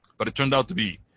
but it turned out to be,